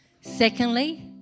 Secondly